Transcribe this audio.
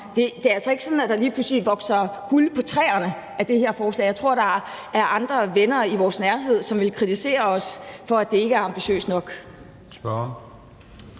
det er altså ikke sådan, at der lige pludselig vokser guld på træerne af det her forslag. Jeg tror, der er andre venner i vores nærhed, som vil kritisere os for, at det ikke er ambitiøst nok.